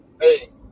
Hey